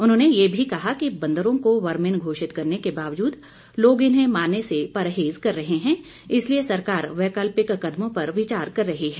उन्होंने ये भी कहा कि बंदरों को वर्मिंग घोषित करने के बावजूद लोग इन्हें मारने से परहेज कर रहे हैं इसलिए सरकार वैकल्पिक कदमों पर विचार कर रही है